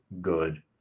good